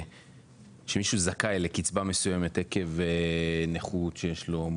כשמישהו זכאי לקצבה מסוימת עקב נכות שיש לו,